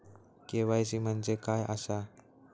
KYC म्हणजे काय आसा?